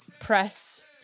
press